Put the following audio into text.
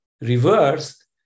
reversed